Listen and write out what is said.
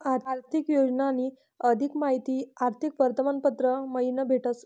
आर्थिक योजनानी अधिक माहिती आर्थिक वर्तमानपत्र मयीन भेटस